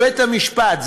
ובית-המשפט,